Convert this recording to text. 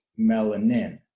melanin